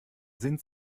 sind